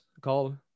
called